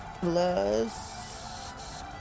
plus